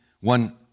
one